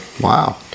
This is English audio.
Wow